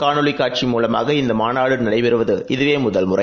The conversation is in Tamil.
காணொளிகாட்சி மூலமாக இந்தமாநாடுநடைபெறுவது இதுவேமுதல் முறை